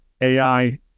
AI